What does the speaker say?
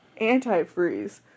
antifreeze